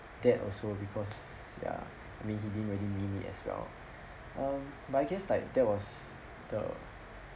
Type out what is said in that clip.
dad also because ya I mean he didn't really mean it as well um but I guess like that was the